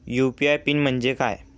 UPI PIN म्हणजे काय?